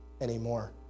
anymore